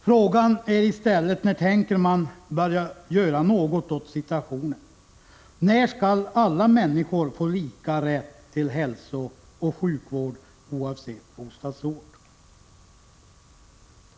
Frågan är i stället när man tänker börja göra något åt situationen och när alla människor skall få lika rätt till hälsooch sjukvård oavsett bostadsort.